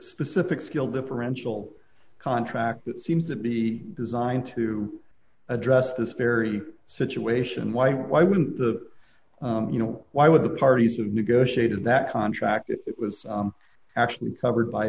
specific skill differential contract that seems to be designed to address this very situation why why wouldn't the you know why would the parties of negotiated that contract if it was actually covered by